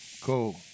cool